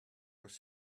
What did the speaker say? was